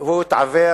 הוא התעוור